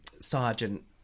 Sergeant